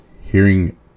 hearing